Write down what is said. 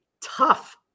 tough